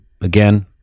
Again